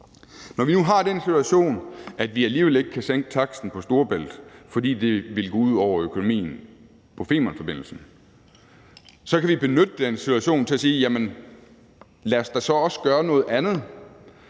Når vi nu har den situation, at vi alligevel ikke kan sænke taksten på Storebælt, fordi det ville gå ud over økonomien på Femernforbindelsen, så kan vi benytte den situation til at sige, at lad os da så også gøre noget andet,